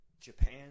Japan